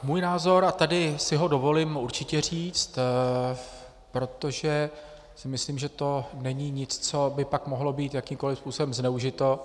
Můj názor, a tady si ho dovolím určitě říct, protože si myslím, že to není nic, co by pak mohlo být jakýmkoliv způsobem zneužito.